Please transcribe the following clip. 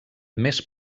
més